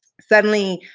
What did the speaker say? suddenly,